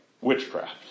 witchcraft